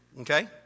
Okay